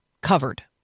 covered